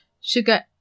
sugar